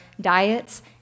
diets